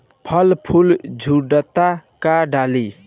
फल फूल झड़ता का डाली?